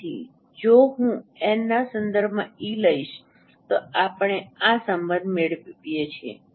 તેથી જો હું એન ના સંદર્ભમાં E લઈશ તો આપણે આ સંબંધ મેળવીએ છીએ